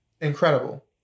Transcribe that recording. Incredible